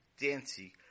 dancy